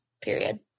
Period